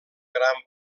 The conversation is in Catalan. gran